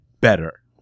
better